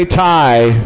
tie